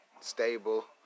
stable